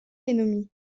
ennemi